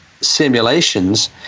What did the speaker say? simulations